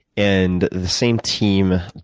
and the same team